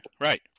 right